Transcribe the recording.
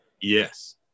Yes